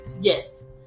Yes